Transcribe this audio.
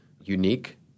unique